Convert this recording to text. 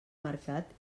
mercat